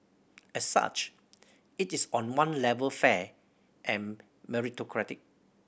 as such it is on one level fair and meritocratic